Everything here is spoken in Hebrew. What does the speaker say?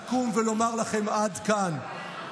לקום ולומר לכם "עד כאן"?